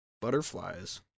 Butterflies